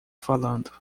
falando